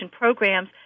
programs